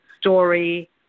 story